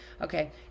Okay